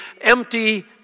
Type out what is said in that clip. empty